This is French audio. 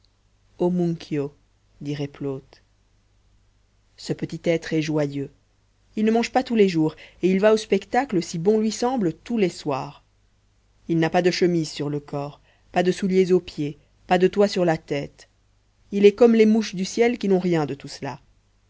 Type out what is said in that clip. homuncio dirait plaute ce petit être est joyeux il ne mange pas tous les jours et il va au spectacle si bon lui semble tous les soirs il n'a pas de chemise sur le corps pas de souliers aux pieds pas de toit sur la tête il est comme les mouches du ciel qui n'ont rien de tout cela